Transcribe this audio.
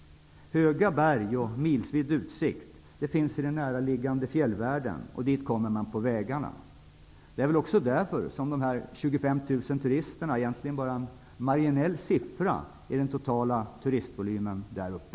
Höga berg och milsvid utsikt finns i den närliggande fjällvärlden, och dit kommer man på vägarna. Det är väl också därför som de 25 000 turisterna egentligen bara är en marginell siffra i den totala turistvolymen där uppe.